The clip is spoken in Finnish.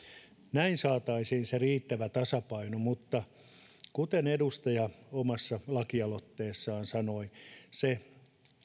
näin saataisiin riittävä tasapaino mutta kuten edustaja omassa lakialoitteessaan sanoi se